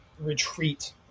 retreat